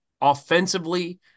offensively